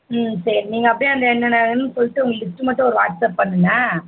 ம் சரி நீங்கள் அப்படே அந்த என்னென்ன வேணுன்னு சொல்லிட்டு ஒரு லிஸ்ட்டு மட்டும் ஒரு வாட்ஸ்ஆப் பண்ணுங்கள்